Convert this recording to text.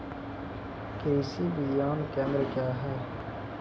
कृषि विज्ञान केंद्र क्या हैं?